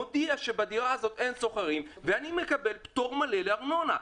מודיע שאין שוכרים בדירה ואני מקבל פטור מלא מארנונה.